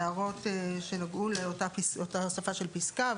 ההערות שנגעו לאותה הוספה של פסקה,